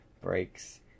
breaks